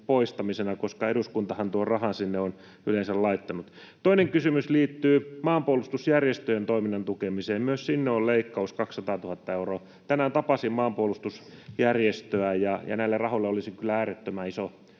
koska eduskuntahan tuon rahan sinne on yleensä laittanut? Toinen kysymys liittyy maanpuolustusjärjestöjen toiminnan tukemiseen. Myös sinne on leikkaus 200 000 euroa. Tänään tapasin maanpuolustusjärjestöä, ja näille rahoille olisi kyllä äärettömän iso tarve